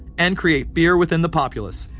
and create fear within the populace.